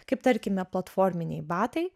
kaip tarkime platforminiai batai